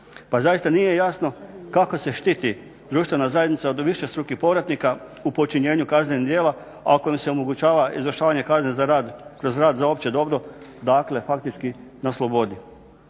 Pa zaista nije jasno kako se štiti društvena zajednica od višestrukih povratnika u počinjenju kaznenih djela ako im se omogućava izvršavanje kazne kroz rad za opće dobro, dakle faktički na slobodi.